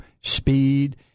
speed